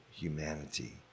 humanity